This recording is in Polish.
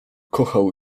kochał